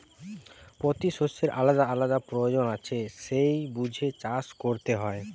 পোতি শষ্যের আলাদা আলাদা পয়োজন আছে সেই বুঝে চাষ কোরতে হয়